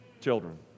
children